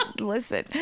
listen